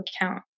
account